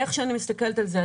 איך שאני מסתכלת על זה,